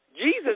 Jesus